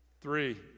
Three